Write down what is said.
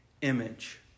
image